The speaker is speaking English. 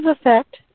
effect